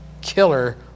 killer